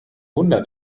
wunder